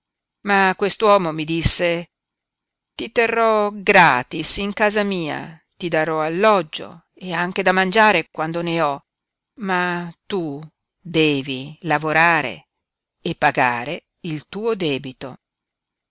ma quest'uomo mi disse ti terrò gratis in casa mia ti darò alloggio e anche da mangiare quando ne ho ma tu devi lavorare e pagare il tuo debito